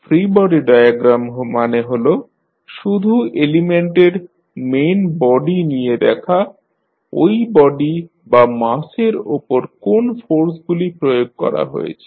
free body diagram মানে হল শুধু এলিমেন্টের মেইন বডি নিয়ে দেখা ঐ বডি বা মাসের ওপর কোন ফোর্স গুলি প্রয়োগ করা হয়েছে